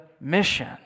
mission